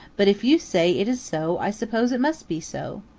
but if you say it is so i suppose it must be so.